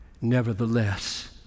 nevertheless